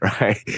right